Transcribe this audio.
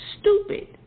stupid